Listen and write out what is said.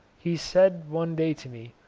he said one day to me,